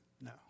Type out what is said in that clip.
No